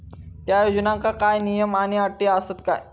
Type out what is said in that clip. त्या योजनांका काय नियम आणि अटी आसत काय?